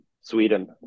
Sweden